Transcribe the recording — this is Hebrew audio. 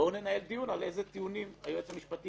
בוא ננהל דיון על איזה טיעונים היועץ המשפטי